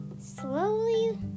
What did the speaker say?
slowly